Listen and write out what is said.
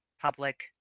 public